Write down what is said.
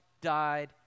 died